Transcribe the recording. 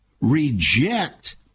reject